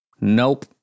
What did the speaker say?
Nope